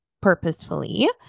purposefully